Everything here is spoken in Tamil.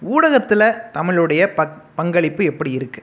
ஊடகத்தில் தமிழுடைய ப பங்களிப்பு எப்படி இருக்கு